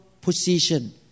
position